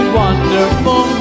wonderful